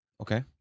Okay